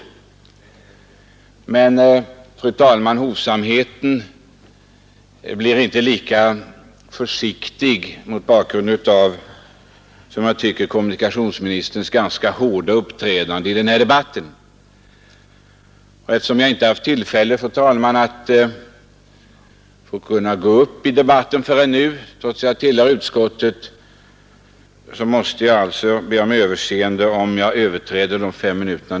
Men, fru talman, min hovsamhet kommer inte att bli vad jag tänkt mig mot bakgrunden av kommunikationsministerns som jag tycker ganska hårda uppträdande i denna debatt. Eftersom jag inte haft tillfälle, fru talman, att gå upp i debatten förrän nu, trots att jag tillhör utskottet, måste jag be om överseende om jag överskrider tidsgränsen fem minuter.